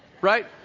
right